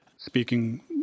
Speaking